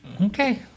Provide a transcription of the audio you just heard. Okay